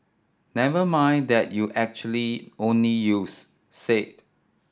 never mind that you actually only use said